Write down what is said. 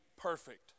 perfect